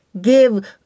Give